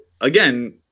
again